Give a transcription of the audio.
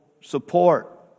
support